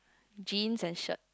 jeans and shirt